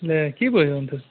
ला के भयो अन्त